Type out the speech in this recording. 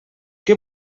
què